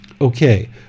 Okay